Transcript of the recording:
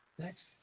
next.